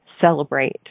celebrate